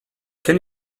can